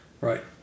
right